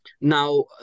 Now